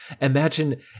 imagine